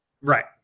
Right